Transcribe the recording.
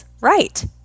Right